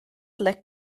lack